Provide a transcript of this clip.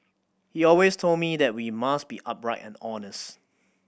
he always told us that we must be upright and honest